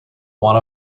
one